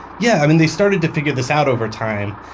yeah, i mean they started to figure this out over time,